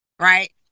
Right